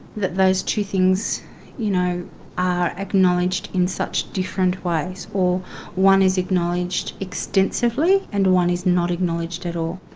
that those two things you know are acknowledged in such different ways. or one is acknowledged extensively and one is not acknowledged at all.